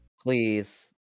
Please